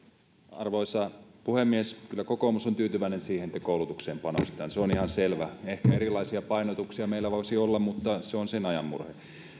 arvoisa puhemies kyllä kokoomus on tyytyväinen siihen että koulutukseen panostetaan se on ihan selvä ehkä erilaisia painotuksia meillä voisi olla mutta se on sen ajan murhe